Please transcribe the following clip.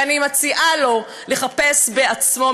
ואני מציעה לו לחפש בעצמו,